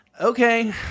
okay